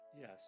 Yes